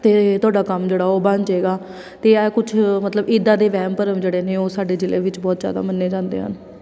ਤਾਂ ਤੁਹਾਡਾ ਕੰਮ ਜਿਹੜਾ ਉਹ ਬਣ ਜਾਏਗਾ ਅਤੇ ਇਹ ਕੁਝ ਮਤਲਬ ਇੱਦਾਂ ਦੇ ਵਹਿਮ ਭਰਮ ਜਿਹੜੇ ਨੇ ਉਹ ਸਾਡੇ ਜ਼ਿਲ੍ਹੇ ਵਿੱਚ ਬਹੁਤ ਜ਼ਿਆਦਾ ਮੰਨੇ ਜਾਂਦੇ ਹਨ